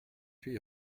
huit